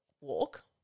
walk